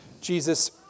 Jesus